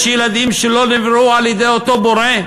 יש ילדים שלא נבראו על-ידי אותו בורא?